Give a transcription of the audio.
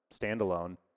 Standalone